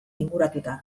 inguratuta